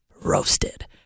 roasted